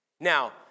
Now